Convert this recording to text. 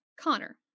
Connor